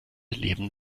leben